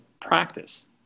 practice